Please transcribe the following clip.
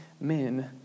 men